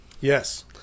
Yes